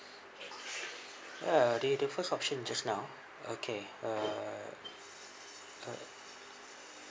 uh the the first option just now okay uh uh